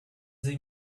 they